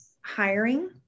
hiring